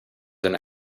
and